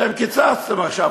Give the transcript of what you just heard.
אתם קיצצתם עכשיו